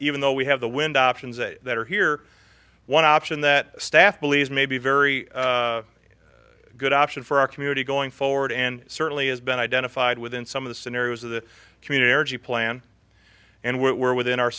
even though we have the wind options that are here one option that staff believes may be very good option for our community going forward and certainly has been identified within some of the scenarios of the community energy plan and we're within our